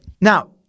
now